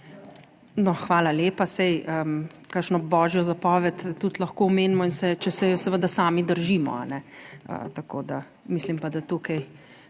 hvala lepa. Saj kakšno božjo zapoved tudi lahko omenimo - če se je seveda sami držimo, kajne. Tako, da mislim pa, da tukaj